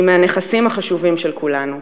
היא מהנכסים החשובים של כולנו.